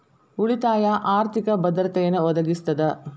ಉಳಿತಾಯ ಆರ್ಥಿಕ ಭದ್ರತೆಯನ್ನ ಒದಗಿಸ್ತದ